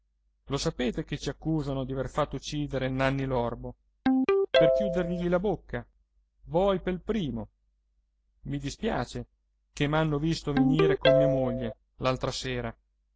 lo sapete che ci accusano di aver fatto uccidere nanni l'orbo per chiudergli la bocca voi pel primo i dispiace che m'hanno visto venire con mia moglie l'altra sera